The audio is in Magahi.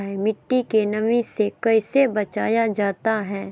मट्टी के नमी से कैसे बचाया जाता हैं?